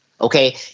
Okay